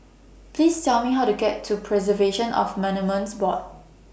Please Tell Me How to get to Preservation of Monuments Board